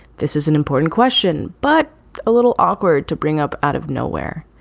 this is an important question, but a little awkward to bring up out of nowhere.